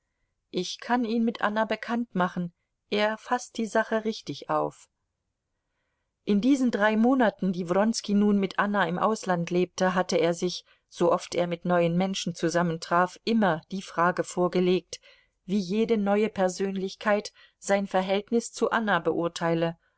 ich kann ihn mit anna bekannt machen er faßt die sache richtig auf in diesen drei monaten die wronski nun mit anna im ausland lebte hatte er sich sooft er mit neuen menschen zusammentraf immer die frage vorgelegt wie jede neue persönlichkeit sein verhältnis zu anna beurteile